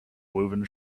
woven